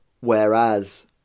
Whereas